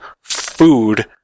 food